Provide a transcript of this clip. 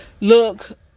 Look